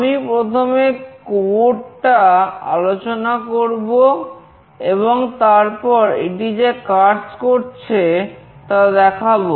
আমি প্রথমে কোড টা আলোচনা করব এবং তারপর এটি যে কাজ করছে তা দেখাবো